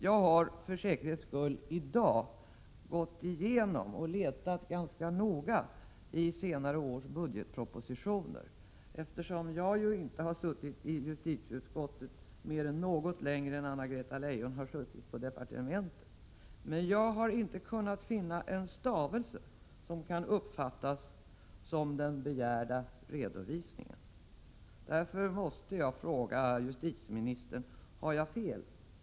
Jag har för säkerhets skull i dag letat ganska noga i senare års budgetpropositioner, eftersom jag inte har suttit i justitieutskottet så mycket längre än Anna-Greta Leijon har suttit i departementet. Men jag har inte kunnat finna en stavelse som kan uppfattas som den begärda redovisningen. Därför måste jag fråga justitieministern: Har jag fel?